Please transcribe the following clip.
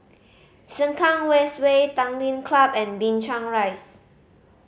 Sengkang West Way Tanglin Club and Binchang Rise